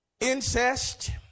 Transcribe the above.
Incest